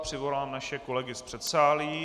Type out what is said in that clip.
Přivolám naše kolegy z předsálí.